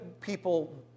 people